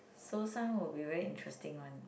so some will be very interesting one